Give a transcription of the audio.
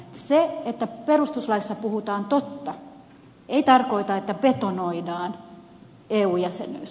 se että perustuslaissa puhutaan totta ei tarkoita että betonoidaan eu jäsenyys